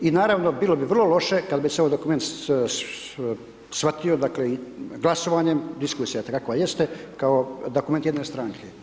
I naravno bilo bi vrlo loše kad bi se ovaj dokument shvatio, dakle, glasovanjem, diskusija kakva jeste, kao dokument jedne stranke,